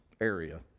area